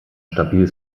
stabil